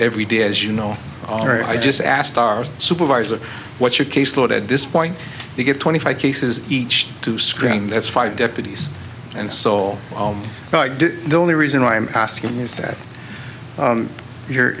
every day as you know all right i just asked our supervisor what's your caseload at this point we get twenty five cases each to screen that's five deputies and soul the only reason i'm asking is that you're